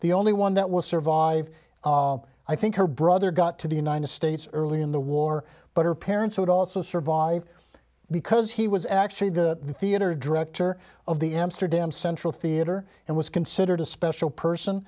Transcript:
the only one that will survive i think her brother got to the united states early in the war but her parents would also survive because he was actually the theater director of the amsterdam central theater and was considered a special person